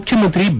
ಮುಖ್ಯಮಂತ್ರಿ ಬಿ